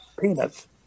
peanuts